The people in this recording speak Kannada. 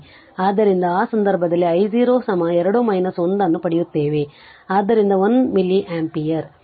ಆದ್ದರಿಂದ ಆ ಸಂದರ್ಭದಲ್ಲಿ i 0 2 1 ಅನ್ನು ಪಡೆಯುತ್ತೇವೆ ಆದ್ದರಿಂದ 1 ಮಿಲಿ ಆಂಪಿಯರ್